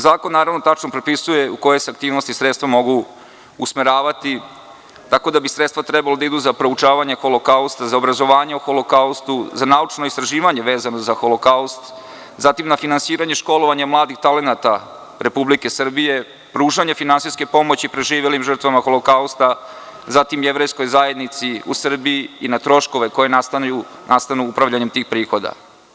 Zakon tačno propisuje u koje se aktivnosti sredstva mogu usmeravati, tako da bi sredstva trebala da idu za proučavanje Holokausta, za obrazovanje u Holokaustu, za naučno istraživanje vezano za Holokaust, zatim na finansiranje školovanja mladih talenata Republike Srbije, pružanje finansijske pomoći preživelim žrtvama Holokausta, zatim Jevrejskoj zajednici u Srbiji i na troškove koji nastanu upravljanjem tim prihodima.